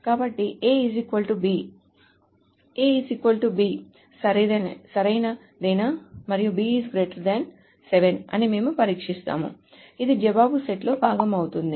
కాబట్టి AB AB సరైనదేనా మరియు B 7 అని మేము పరీక్షిస్తాము ఇది జవాబు సెట్లో భాగం అవుతుంది